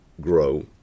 grow